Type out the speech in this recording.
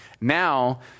now